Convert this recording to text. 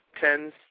tens